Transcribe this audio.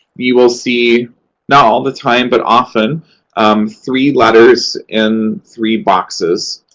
you will see not all the time, but often um three letters in three boxes.